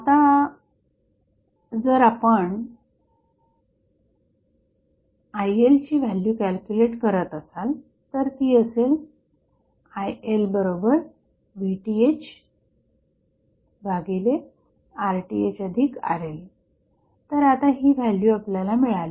आता जर आपण ILची व्हॅल्यू कॅल्क्युलेट करत असाल तर ती असेल ILVThRThRL तर आता ही व्हॅल्यू आपल्याला मिळाली